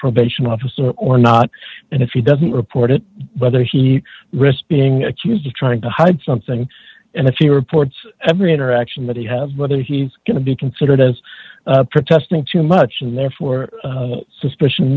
probation officer or not and if he doesn't report it whether he risk being accused of trying to hide something and if he reports every interaction that he have whether he's going to be considered as protesting too much and therefore suspicion